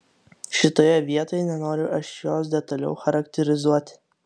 šitoje vietoj nenoriu aš jos detaliau charakterizuoti